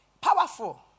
Powerful